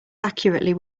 accurately